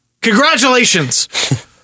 Congratulations